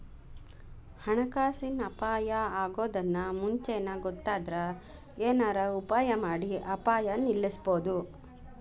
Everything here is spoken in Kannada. ಹಣಕಾಸಿನ್ ಅಪಾಯಾ ಅಗೊದನ್ನ ಮುಂಚೇನ ಗೊತ್ತಾದ್ರ ಏನರ ಉಪಾಯಮಾಡಿ ಅಪಾಯ ನಿಲ್ಲಸ್ಬೊದು